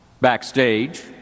Backstage